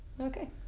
okay